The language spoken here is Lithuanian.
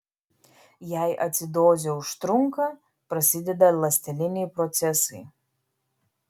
jei acidozė užtrunka prasideda ląsteliniai procesai